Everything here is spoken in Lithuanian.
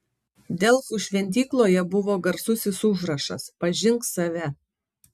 delfų šventykloje buvo garsusis užrašas pažink save